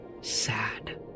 sad